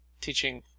Teaching